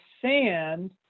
sand